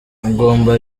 mugomba